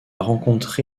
rencontré